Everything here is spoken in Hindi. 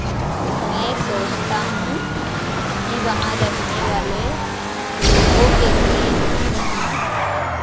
मैं सोचता हूँ कि वहाँ रहने वाले लोगों के लिए यहाँ